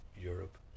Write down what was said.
Europe